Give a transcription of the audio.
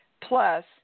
Plus